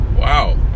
wow